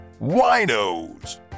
Winos